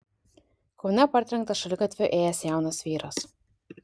kaune partrenktas šaligatviu ėjęs jaunas vyras